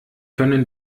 können